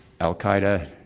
al-Qaeda